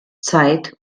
zeit